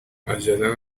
عجله